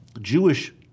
Jewish